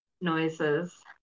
noises